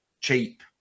cheap